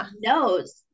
knows